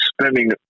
spending